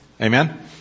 amen